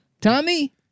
Tommy